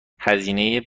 هزینه